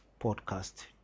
podcast